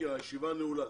הישיבה נעולה.